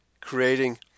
creating